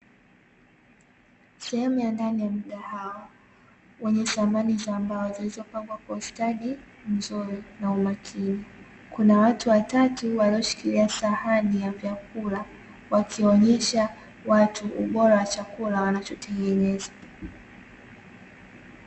Sehemu ya ndani ya mgahawa, wenye samani za mbao zilizopangwa kwa ustadi mzuri na umakini; kuna watu watatu walioshikilia sahani ya vyakula , wakionesha watu ubora wa chakula wanachotengeneza.